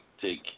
take